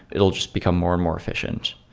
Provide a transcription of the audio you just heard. it'll just become more and more efficient.